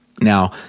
Now